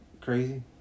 crazy